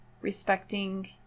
respecting